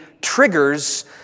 triggers